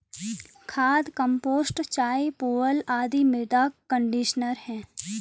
खाद, कंपोस्ट चाय, पुआल आदि मृदा कंडीशनर है